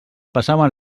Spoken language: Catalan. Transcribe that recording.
passaven